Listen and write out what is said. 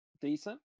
decent